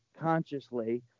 consciously